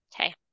Okay